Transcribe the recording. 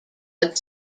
but